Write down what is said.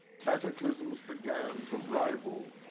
cataclysms began to rival.